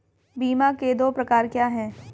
बीमा के दो प्रकार क्या हैं?